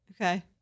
Okay